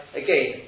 again